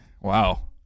Wow